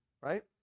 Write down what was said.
right